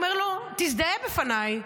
הוא אומר לו: תזדהה בפניי.